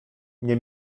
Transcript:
nie